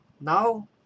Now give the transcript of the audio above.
Now